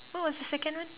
what was the second one